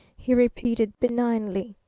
he repeated benignly.